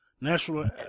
national